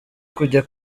kujya